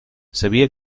sabia